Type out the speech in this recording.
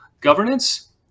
governance